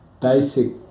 basic